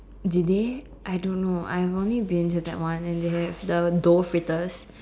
did they I don't know I've only been to that one and they have the dough fritters